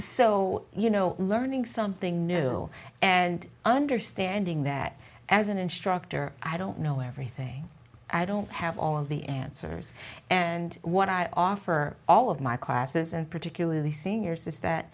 so you know learning something new and understanding that as an instructor i don't know everything i don't have all the answers and what i offer all of my classes and particularly seniors is that